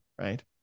right